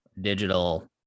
digital